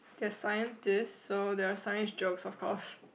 there are scientists so there are science jokes of course